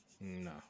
No